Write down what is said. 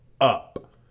up